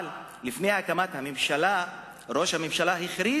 אבל לפני הקמת הממשלה ראש הממשלה הכריז